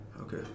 okay